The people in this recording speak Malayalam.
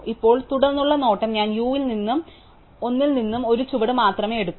ഇപ്പോൾ തുടർന്നുള്ള നോട്ടം ഞാൻ u നിന്നും l ൽ നിന്നും ഒരു ചുവട് മാത്രമേ എടുക്കൂ